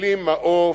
בלי מעוף,